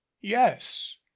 yes